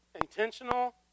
Intentional